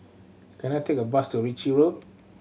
can I take a bus to Ritchie Road